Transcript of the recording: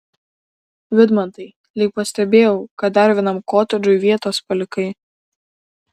vidmantai lyg pastebėjau kad dar vienam kotedžui vietos palikai